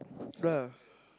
ah